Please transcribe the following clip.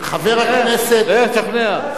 חבר הכנסת, לך תשכנע.